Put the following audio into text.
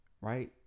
right